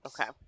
Okay